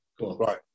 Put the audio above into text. Right